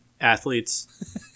athletes